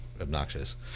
obnoxious